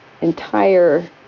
entire